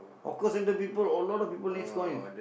hawker centre people a lot of people needs coins